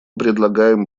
предлагаем